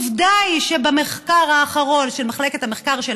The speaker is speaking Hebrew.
עובדה היא שבמחקר האחרון של מחלקת המחקר של